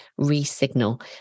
ReSignal